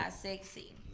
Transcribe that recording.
sexy